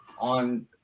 on –